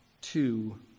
two